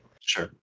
Sure